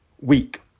week